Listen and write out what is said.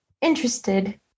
interested